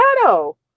shadow